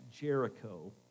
Jericho